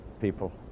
people